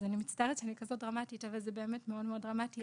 אני מצטערת שאני כזאת דרמטית אבל זה באמת מאוד מאוד דרמטי.